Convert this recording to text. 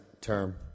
term